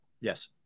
Yes